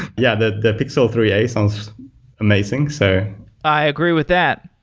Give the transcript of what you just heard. yeah, the the pixel three a sounds amazing. so i agree with that.